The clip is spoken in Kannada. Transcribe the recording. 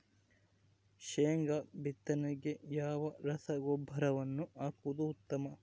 ಶೇಂಗಾ ಬಿತ್ತನೆಗೆ ಯಾವ ರಸಗೊಬ್ಬರವನ್ನು ಹಾಕುವುದು ಉತ್ತಮ?